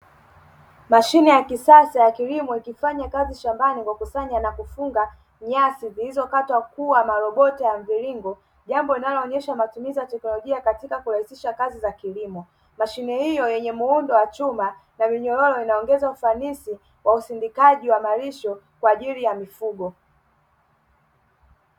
Mashine ya kisasa ya kilimo, ikifanya kazi shambani kwa kukusanya na kufunga nyasi zilizokatwa kuwa marobota ya mviringo, jambo linaloonyesha matumizi ya teknolojia katika kurahisisha kazi za kilimo. Mashine hiyo yenye muundo wa chuma na minyororo inaongeza ufanisi wa usindikaji wa malisho kwa ajili ya mifugo.